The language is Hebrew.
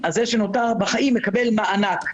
זה שנותר בחיים מקבל מענק.